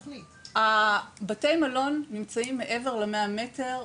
בתי מלון נמצאים מעבר ל-100 מטר,